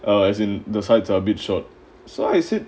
as in the sides are a bit short so I said